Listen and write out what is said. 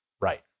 Right